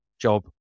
job